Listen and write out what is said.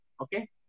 okay